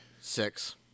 Six